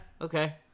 okay